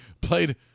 played